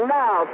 now